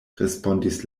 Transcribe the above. respondis